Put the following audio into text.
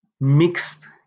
mixed